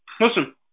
Listen